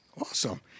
Awesome